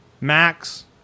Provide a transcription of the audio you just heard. Max